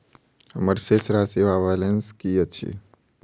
हम्मर शेष राशि वा बैलेंस की अछि?